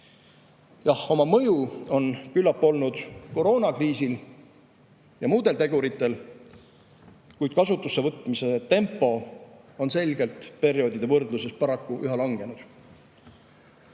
Jah, oma mõju on küllap olnud koroonakriisil ja muudel teguritel, kuid kasutusse võtmise tempo on paraku selgelt perioodide võrdluses üha langenud.